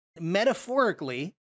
Metaphorically